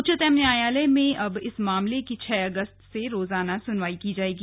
उच्चतम न्यायालय में अब इस मामले की छह अगस्त से रोजाना सुनवाई की जाएगी